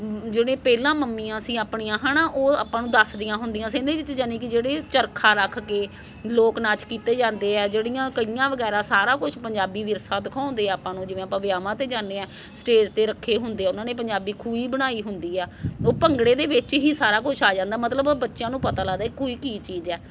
ਜਿਹੜੇ ਪਹਿਲਾਂ ਮੰਮੀਆਂ ਸੀ ਆਪਣੀਆਂ ਹੈ ਨਾ ਉਹ ਆਪਾਂ ਨੂੰ ਦੱਸਦੀਆਂ ਹੁੰਦੀਆਂ ਸੀ ਇਹਦੇ ਵਿੱਚ ਯਾਨੀ ਕਿ ਜਿਹੜੇ ਚਰਖਾ ਰੱਖ ਕੇ ਲੋਕ ਨਾਚ ਕੀਤੇ ਜਾਂਦੇ ਆ ਜਿਹੜੀਆਂ ਕਹੀਆਂ ਵਗੈਰਾ ਸਾਰਾ ਕੁਝ ਪੰਜਾਬੀ ਵਿਰਸਾ ਦਿਖਾਉਂਦੇ ਆ ਆਪਾਂ ਨੂੰ ਜਿਵੇਂ ਆਪਾਂ ਵਿਆਹਵਾਂ 'ਤੇ ਜਾਨੇ ਆ ਸਟੇਜ 'ਤੇ ਰੱਖੇ ਹੁੰਦੇ ਆ ਉਹਨਾਂ ਨੇ ਪੰਜਾਬੀ ਖੂਹੀ ਬਣਾਈ ਹੁੰਦੀ ਆ ਉਹ ਭੰਗੜੇ ਦੇ ਵਿੱਚ ਹੀ ਸਾਰਾ ਕੁਝ ਆ ਜਾਂਦਾ ਮਤਲਬ ਬੱਚਿਆਂ ਨੂੰ ਪਤਾ ਲੱਗਦਾ ਖੂਹੀ ਕੀ ਚੀਜ਼ ਆ